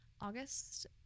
august